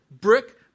brick